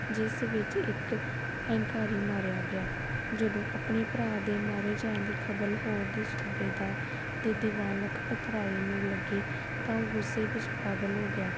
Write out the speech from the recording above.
ਜਿਸ ਵਿੱਚ ਇੱਕ ਹੰਕਾਰੀ ਮਾਰਿਆ ਗਿਆ ਜਦੋਂ ਆਪਣੇ ਭਰਾ ਦੇ ਮਾਰੇ ਜਾਣ ਦੀ ਖਬਰ ਲਾਹੌਰ ਦੇ ਸੂਬੇਦਾਰ ਦੇ ਦੀਵਾਨ ਲਖਪਤ ਰਾਏ ਨੂੰ ਲੱਗੀ ਤਾਂ ਉਹ ਗੁੱਸੇ ਵਿੱਚ ਪਾਗਲ ਹੋ ਗਿਆ